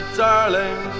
darling